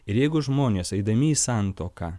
ir jeigu žmonės eidami į santuoką